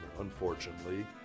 unfortunately